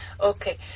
Okay